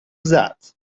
that